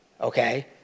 Okay